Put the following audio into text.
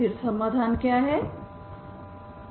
फिर समाधान क्या है